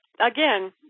again